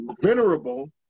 venerable